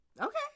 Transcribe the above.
Okay